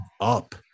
up